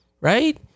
right